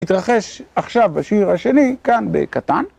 התרחש, עכשיו, בשיר השני, כאן בקטן.